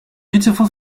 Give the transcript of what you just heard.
beautiful